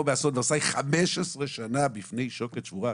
באסון ורסאי 15 שנה בפני שוקת שבורה,